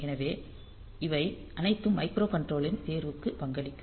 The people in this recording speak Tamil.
எனவே இவை அனைத்தும் மைக்ரோகண்ட்ரோலரின் தேர்வுக்கு பங்களிக்கும்